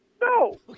No